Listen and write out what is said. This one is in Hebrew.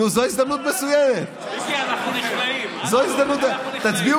נו, זו הזדמנות מצוינת.